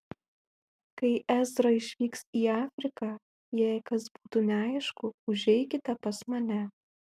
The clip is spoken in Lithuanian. kai ezra išvyks į afriką jei kas būtų neaišku užeikite pas mane